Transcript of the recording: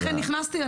לכן נכנסתי.